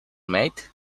mate